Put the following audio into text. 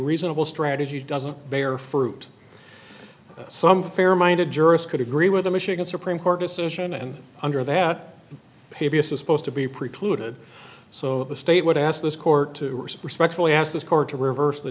reasonable strategy doesn't bear fruit some fair minded jurist could agree with the michigan supreme court decision and under that pavia supposed to be precluded so the state would ask this court to respectfully ask this court to reverse the